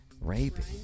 raping